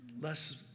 less